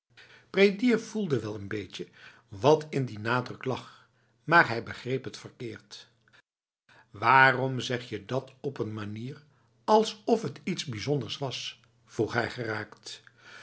prédier voelde wel n beetje wat in die nadruk lag maar hij begreep het verkeerd waarom zeg je dat op n manier alsof het iets bijzonders was vroeg hij geraakt